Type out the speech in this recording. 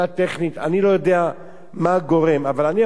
אני לא יודע מה הגורם, אבל אני יכול לומר,